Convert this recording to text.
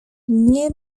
nie